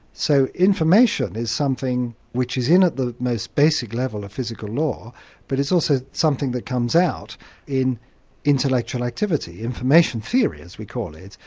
so information is something which is in at the most basic level of physical law but it's also something that comes out in intellectual activity. information theory, as we call it,